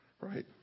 right